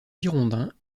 girondins